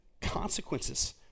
consequences